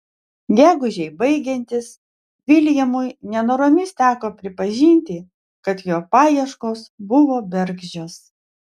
gegužei baigiantis viljamui nenoromis teko pripažinti kad jo paieškos buvo bergždžios